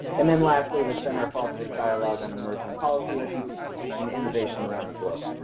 and then, lastly, the center fosters dialogue on emerging policy issues and innovation around the globe.